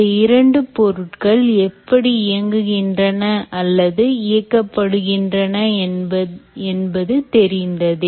இந்த இரண்டு பொருட்கள் எப்படி இயங்குகின்றன அல்லது இயக்கப்படுகின்றன என்பது தெரிந்ததே